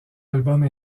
album